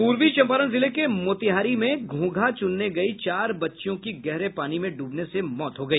पूर्वी चम्पारण जिले के मोतिहारी में घोघा चुनने गई चार बच्चियों की गहरे पानी मे डूबने से हुई मौत हो गई